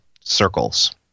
circles